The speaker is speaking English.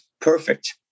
perfect